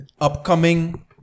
upcoming